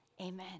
Amen